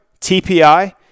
TPI